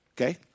Okay